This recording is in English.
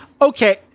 Okay